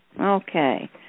Okay